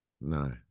No